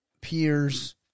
peers